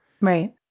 Right